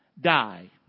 Die